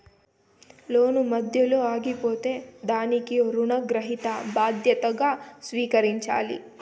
లోను మధ్యలో ఆగిపోతే దానికి రుణగ్రహీత బాధ్యతగా స్వీకరించాలి